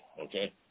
okay